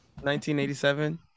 1987